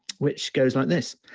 which goes like this.